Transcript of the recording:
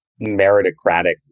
meritocratic